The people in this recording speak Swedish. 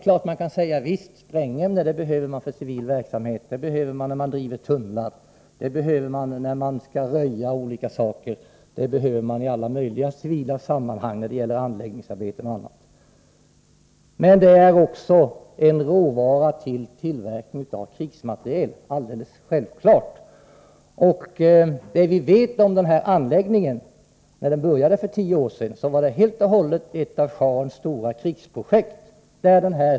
Visst kan man säga att sprängämnen behövs för civil verksamhet — då man bygger tunnlar, vid röjningsarbeten och i alla möjliga civila sammanhang när det gäller anläggningsarbeten och annat. Men de är också alldeles självklart en råvara vid tillverkning av krigsmateriel. Det vi vet om denna anläggning är att den, då den startades för tio år sedan, helt och hållet var ett av shahens stora krigsprojekt.